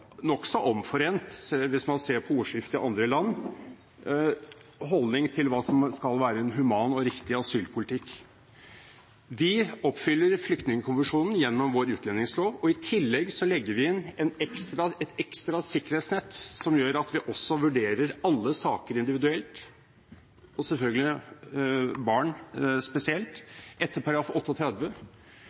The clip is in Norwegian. nokså omforent holdning til hva som skal være en human og riktig asylpolitikk. Vi oppfyller Flyktningkonvensjonen gjennom vår utlendingslov. I tillegg legger vi inn et ekstra sikkerhetsnett, som gjør at vi vurderer alle saker individuelt – selvfølgelig saker som innbefatter barn spesielt – etter